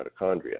mitochondria